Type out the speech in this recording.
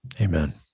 Amen